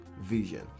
vision